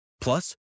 Plus